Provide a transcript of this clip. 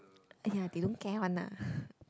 !aiya! they don't care one lah